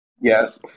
Yes